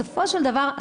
בסופו של דבר,